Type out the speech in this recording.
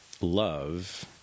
love